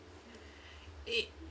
it